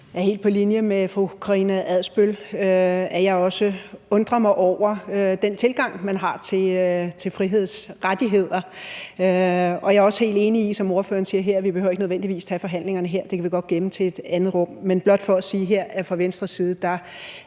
set er helt på linje med fru Karina Adsbøl. Jeg undrer mig også over den tilgang, man har til frihedsrettigheder. Jeg er også helt enig i, som ordføreren siger her, at vi ikke nødvendigvis behøver tage forhandlingerne her. Det kan vi godt give videre til et andet rum. For Venstre er det helt afgørende,